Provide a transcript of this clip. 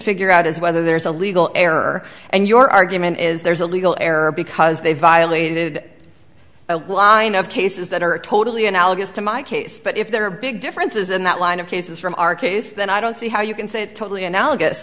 figure out is whether there is a legal error and your argument is there is a legal error because they violated a law and of cases that are totally analogous to my case but if there are big differences in that line of cases from our case then i don't see how you can say it's totally analogous